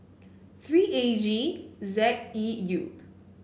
three A G Z E U